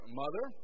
mother